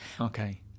okay